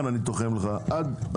אז אני תוחם לך את זה בזמן.